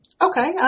Okay